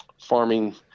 farming